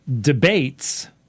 debates